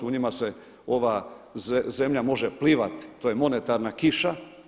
U njima se ova zemlja može plivat, to je monetarna kiša.